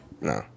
No